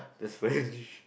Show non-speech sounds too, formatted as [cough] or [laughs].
that's French [laughs]